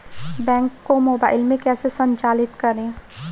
Bank को mobile में कैसे संचालित करें?